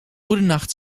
goedenacht